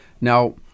Now